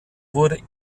wurde